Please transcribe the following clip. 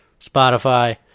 Spotify